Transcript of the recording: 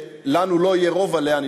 שלנו לא יהיה בה רוב?